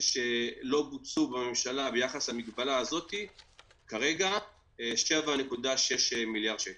שלא בוצעו בממשלה ביחס למגבלה הזאת כרגע 7.6 מיליארד שקל.